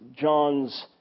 John's